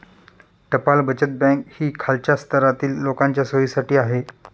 टपाल बचत बँक ही खालच्या स्तरातील लोकांच्या सोयीसाठी आहे